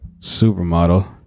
supermodel